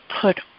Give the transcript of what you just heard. put